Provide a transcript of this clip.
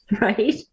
right